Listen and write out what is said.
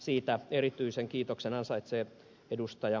siitä erityisen kiitoksen ansaitsee ed